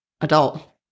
adult